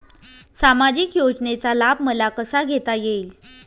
सामाजिक योजनेचा लाभ मला कसा घेता येईल?